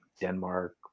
Denmark